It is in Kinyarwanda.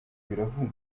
biravuna